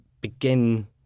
begin